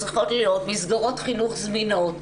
צריכות להיות מסגרות חינוך זמינות,